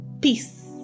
Peace